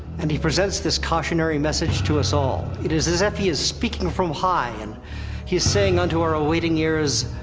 and he presents this cautionary message to us all it is as if he is speaking from high, and he is saying, unto our awaiting ears